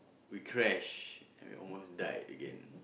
we crash and we almost died again